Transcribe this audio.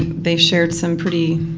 they shared some pretty,